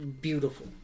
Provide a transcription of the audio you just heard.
beautiful